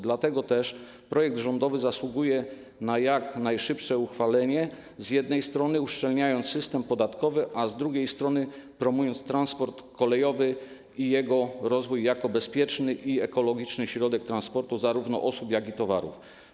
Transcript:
Dlatego też projekt rządowy zasługuje na jak najszybsze uchwalenie, bo z jednej strony uszczelnia system podatkowy, a z drugiej strony promuje transport kolejowy i jego rozwój jako bezpieczny i ekologiczny środek transportu zarówno osób, jak i towarów.